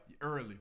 Early